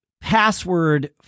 password